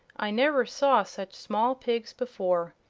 i never saw such small pigs before.